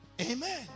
Amen